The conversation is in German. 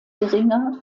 geringer